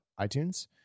iTunes